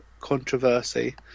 controversy